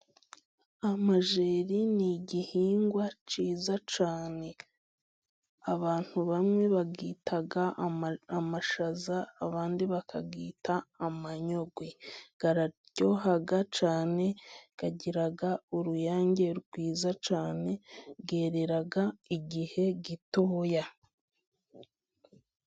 Amajeri ni igihingwa cyiza cyane. Abantu bamwe bayita amashaza, abandi bakayita amanyogwe. Araryoha cyane, agira uruyange rwiza cyane, yerera igihe gitoya.